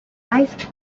wife